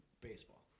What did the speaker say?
Baseball